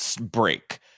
break